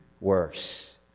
worse